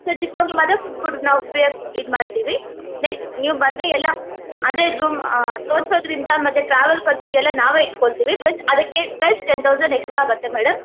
so ಚಿಕ್ಕಮಕ್ಳು ಮಾತ್ರ food ನಾವು ಫ್ರಿಯಾಗಿ ಇದು ಮಾಡ್ತೀವಿ ನೆಕ್ಸ್ಟ್ ನೀವು ಬಂದರೆ ಎಲ್ಲ ಅಂದರೆ ರೂಮ್ ತೋರ್ಸೋದ್ರಿಂದ ಮತ್ತೆ ಟ್ರಾವೆಲ್ ಖರ್ಚು ಎಲ್ಲ ನಾವೇ ಇಟ್ಕೊಳ್ತೀವಿ ಬಟ್ ಅದಕ್ಕೆ ಪ್ಲಸ್ ಟೆನ್ ಥೌಸಂಡ್ ಎಕ್ಸ್ಟ್ರಾ ಆಗತ್ತೆ ಮೇಡಮ್